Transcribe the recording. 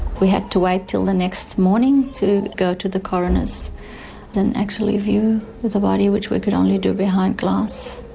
we had to wait till the next morning to go to the coroners and actually view the body which we could only do behind glass.